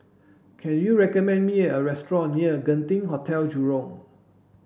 can you recommend me a restaurant near Genting Hotel Jurong